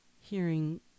hearing